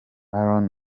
alan